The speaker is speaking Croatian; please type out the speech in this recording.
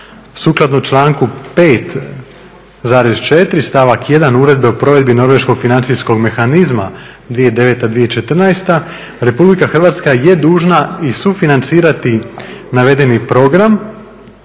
Sukladno članku 5.4 stavak 1. Uredbe o provedbi norveškog financijskog mehanizma 2009.-2014. RH je dužna i sufinancirati navedeni program